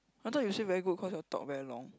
I thought you say very good cause you all talk very long